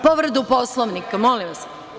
Povredu Poslovnika molim vas.